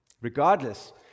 Regardless